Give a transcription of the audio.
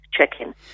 check-in